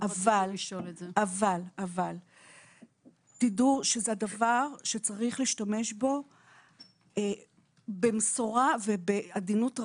אבל תדעו שזה הדבר שצריך להשתמש בו במסורה ובעדינות רבה.